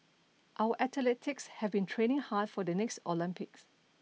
our athletes have been training hard for the next Olympics